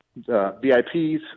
VIPs